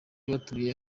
batuye